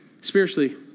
spiritually